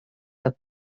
que